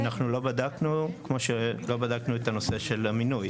לא בדקנו, כמו שלא בדקנו את הנושא של המינוי.